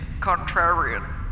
contrarian